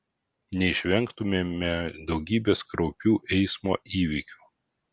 neišvengtumėme daugybės kraupių eismo įvykių